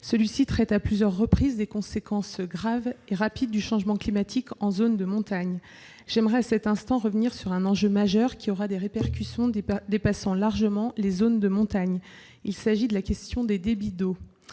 Celui-ci traite à plusieurs reprises des conséquences graves et rapides du changement climatique en zone de montagne. J'aimerais, à cet instant, revenir sur un enjeu majeur, qui aura un impact dépassant largement les zones de montagne. Il s'agit des débits d'eau.